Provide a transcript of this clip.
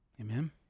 Amen